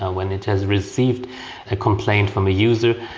ah when it has received a complaint from a user,